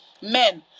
men